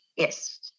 Yes